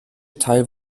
teil